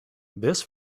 this